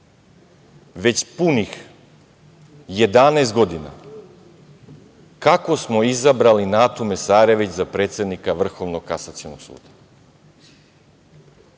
već punih 11 godina kako smo izabrali Natu Mesarović za predsednik Vrhovnog kasacionog suda.